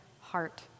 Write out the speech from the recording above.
heart